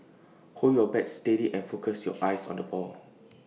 hold your bat steady and focus your eyes on the ball